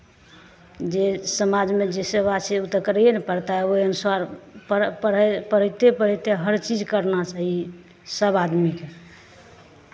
जे समाजमे जे सेवा छै ओ तऽ करैए ने पड़तै ओहि अनुसार पढ़ै पढ़ै पढ़िते पढ़िते हरचीज करना चाही सभ आदमीके